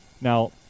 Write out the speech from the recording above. Now